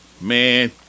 man